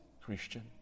Christian